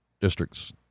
districts